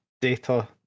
data